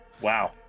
Wow